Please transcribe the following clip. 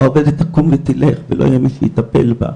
העובדת תקום ותלך ולא יהיה מי שיטפל בה.